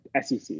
SEC